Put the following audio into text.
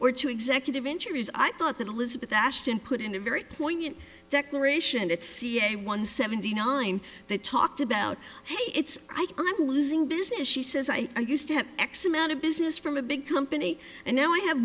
or to executive injuries i thought that elizabeth ashton put in a very poignant declaration at ca one seventy nine they talked about hey it's right on losing business she says i used to have x amount of business from a big company and now i have